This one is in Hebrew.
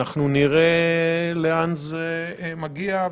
אנחנו נראה לאן זה מגיע,